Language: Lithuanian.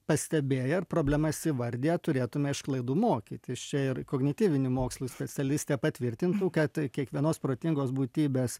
pastebėję ir problemas įvardiję turėtume iš klaidų mokytis čia ir kognityvinių mokslų specialistė patvirtintų kad kiekvienos protingos būtybės